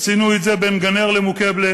עשינו את זה בין גן-נר למוקיבלה,